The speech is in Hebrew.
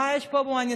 מה יש בהומניטרי?